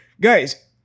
Guys